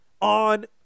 on